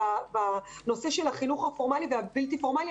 בנושא של החינוך הפורמלי והבלתי פורמלי,